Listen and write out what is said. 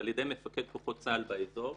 על ידי מפקד כוחות צה"ל באזור,